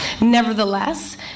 Nevertheless